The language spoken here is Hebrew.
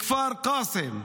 כפר קאסם.